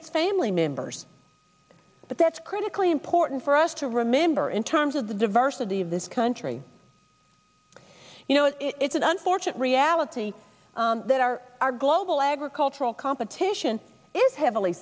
it's family members but that's critically important for us to remember in terms of the diversity of this one tree you know it's an unfortunate reality that our our global agricultural competition is heavily